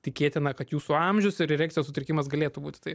tikėtina kad jūsų amžius ir erekcijos sutrikimas galėtų būti tai